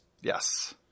Yes